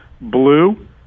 Blue